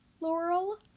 Laurel